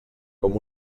com